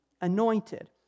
anointed